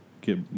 get